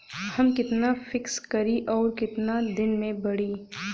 हम कितना फिक्स करी और ऊ कितना दिन में बड़ी?